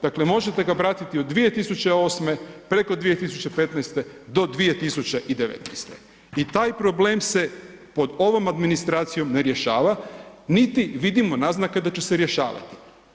Dakle možete ga pratiti od 2008. preko 2015. do 2019. i taj problem se pod ovom administracijom ne rješava niti vidimo naznake da će se rješavati.